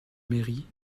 mairie